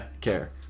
care